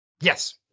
Yes